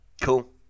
Cool